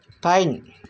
fine